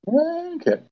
Okay